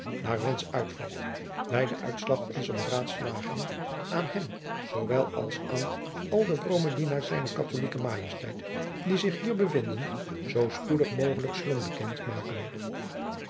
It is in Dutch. naar wensch uitvalt wij den uitslag onzer beraadslagingen aan hem zoowel als aan al de vroome dienaars zijner katholieke majesteit die zich hier bevinden zoo spoedig mogelijk zullen bekend maken